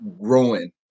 growing